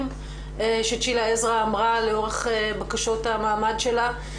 שצ'ילה עזרא אמרה לאורך בקשות המעמד שלה,